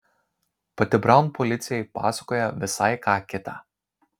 pati braun policijai pasakoja visai ką kitą